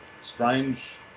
strange